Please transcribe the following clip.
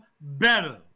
better